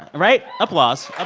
right? applause. ah